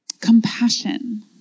Compassion